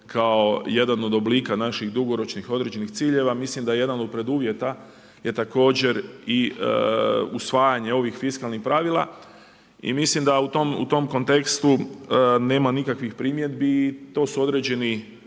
kao jedan od oblika naših dugoročnih određenih ciljeva, mislim da je jedan od preduvjeta je također i usvajanje ovih fiskalnih pravila i mislim da u tom kontekstu nema nikakvih primjedbi i to su određeni